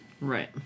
Right